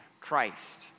Christ